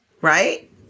Right